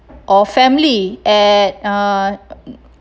or family at uh